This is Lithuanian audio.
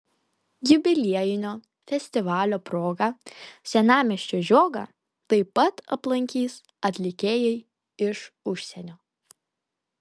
jubiliejinio festivalio proga senamiesčio žiogą taip pat aplankys atlikėjai iš užsienio